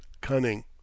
cunning